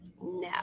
No